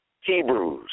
Hebrews